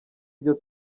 ryo